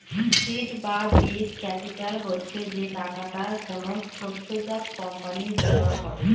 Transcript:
seed বা বীজ capital হচ্ছে যে টাকাটা কোনো সদ্যোজাত কোম্পানি জোগাড় করে